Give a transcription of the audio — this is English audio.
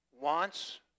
wants